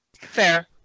Fair